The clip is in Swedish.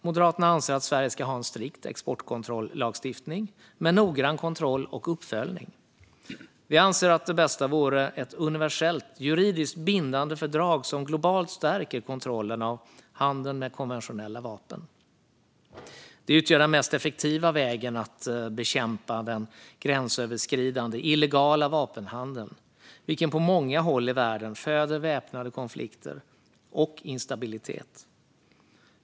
Moderaterna anser att Sverige ska ha en strikt exportkontrollagstiftning med noggrann kontroll och uppföljning. Vi anser att det bästa vore ett universellt, juridiskt bindande fördrag som globalt stärker kontrollen av handeln med konventionella vapen. Det utgör den mest effektiva vägen att bekämpa den gränsöverskridande illegala vapenhandeln, vilken på många håll i världen föder väpnade konflikter och instabilitet.